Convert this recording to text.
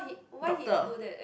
doctor